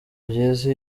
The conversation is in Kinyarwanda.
byiza